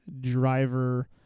driver